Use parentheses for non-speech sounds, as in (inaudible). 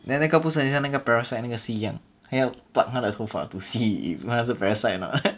then 那个不是很像那个 parasite 那个戏一样他要 pluck 他的头发 to see if 他是 parasite or not (laughs)